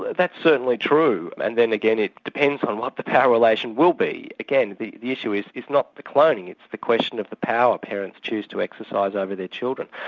that's certainly true and then again it depends on what the power relation will be. again the the issue is not the cloning it's the question of the power parents choose to exercise over their children.